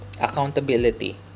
Accountability